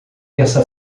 terça